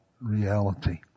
reality